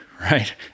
right